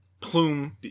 plume